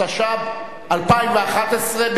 התשע"ב 2011,